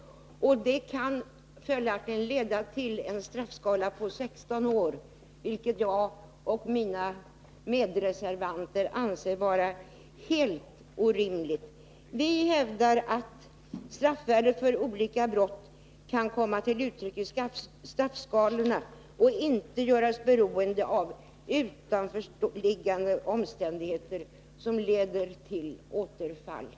Det kan följaktligen leda till en strafftid på 16 år, Nr 108 vilket jag och mina medreservanter anser vara helt orimligt. Vi hävdar att Onsdagen den straffvärdet för olika brott skall komma till uttryck i straffskalorna och att det 4 april 1981 inte bör göras beroende av utanförliggande omständigheter.